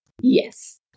Yes